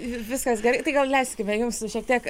ir viskas gerai tai gal leiskime jums šiek tiek